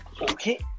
Okay